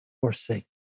forsake